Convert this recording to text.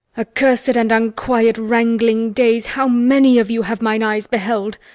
accursed and unquiet wrangling days how many of you have mine eyes beheld?